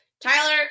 Tyler